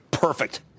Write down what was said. Perfect